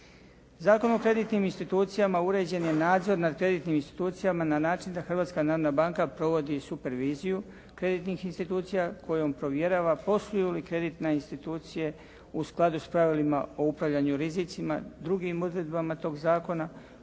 Zakon o kreditnim institucijama uređen je nadzor nad kreditnim institucijama na način da Hrvatska narodna banka provodi super viziju kreditnih institucija kojom provjerava posluju li kreditne institucije u skladu s pravilima o upravljanju rizicima drugim odredbama tog zakona,